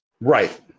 Right